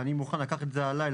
ואני מוכן לקחת את זה עליי,